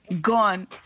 gone